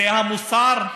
זה המוסר?